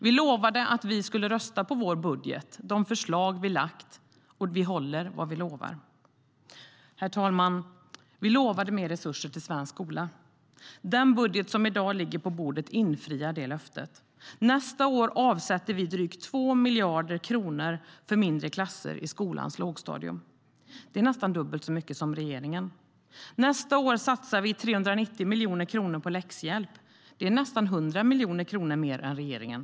Vi lovade att vi skulle rösta på vår budget, på de förslag som vi har lagt fram, och vi håller vad vi lovar. STYLEREF Kantrubrik \* MERGEFORMAT Utbildning och universitetsforskningNästa år satsar vi 390 miljoner kronor på läxhjälp. Det är nästan 100 miljoner kronor mer än regeringen.